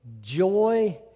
joy